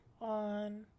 on